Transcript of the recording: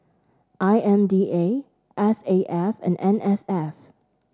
I M D A S A F and N S F